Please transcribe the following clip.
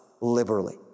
liberally